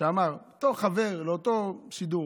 שאמר לאותו חבר באותו שידור.